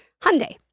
Hyundai